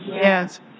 yes